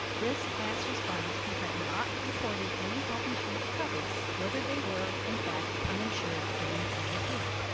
this asked respondents who had not reported any health insurance coverage whether they were, in fact, uninsured during the previous year.